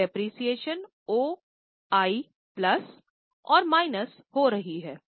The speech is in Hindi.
तो डेप्रिसिएशन ओआई प्लस और माइनस हो रही है